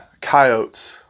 coyotes